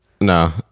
No